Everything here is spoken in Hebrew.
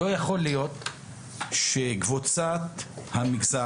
לא יכול להיות שקבוצת המגזר,